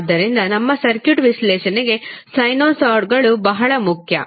ಆದ್ದರಿಂದ ನಮ್ಮ ಸರ್ಕ್ಯೂಟ್ ವಿಶ್ಲೇಷಣೆಗೆ ಸೈನುಸಾಯ್ಡ್ಗಳು ಬಹಳ ಮುಖ್ಯ